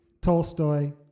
Tolstoy